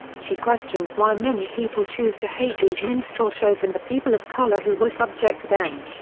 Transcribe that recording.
she questions why many people choose to hate these minstrel shows and the people of color who were subject to them.